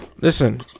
Listen